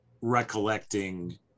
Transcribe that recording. recollecting